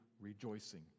rejoicing